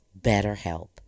BetterHelp